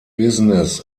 business